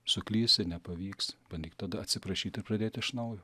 suklysi nepavyks bandyk tada atsiprašyt ir pradėt iš naujo